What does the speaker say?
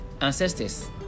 ancestors